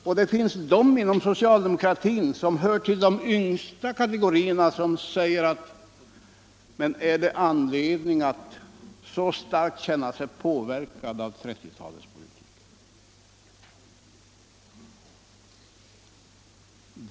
Bland de yngsta inom socialdemokratin finns det de som säger: Men är det anledning att så starkt känna sig påverkad av 1930-talets politik?